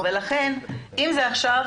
לכן אם זה עכשיו